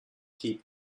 keep